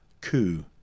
coup